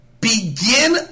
begin